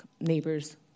neighbors